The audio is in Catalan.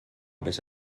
més